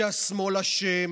שהשמאל אשם,